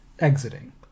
exiting